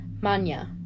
Manya